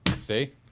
See